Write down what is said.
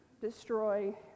destroy